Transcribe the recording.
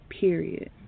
Period